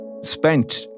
spent